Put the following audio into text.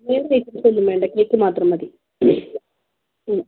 വേറെ ഐറ്റംസ് ഒന്നും വേണ്ട കേക്ക് മാത്രം മതി